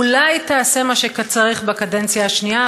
אולי תעשה מה שצריך בקדנציה השנייה,